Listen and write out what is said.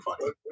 funny